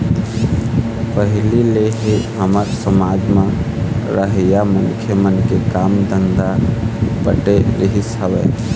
पहिली ले ही हमर समाज म रहइया मनखे मन के काम धंधा बटे रहिस हवय